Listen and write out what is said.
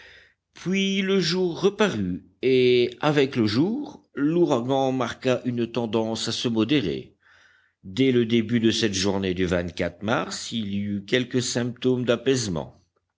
puis le jour reparut et avec le jour l'ouragan marqua une tendance à se modérer dès le début de cette journée du mars il y eut quelques symptômes d'apaisement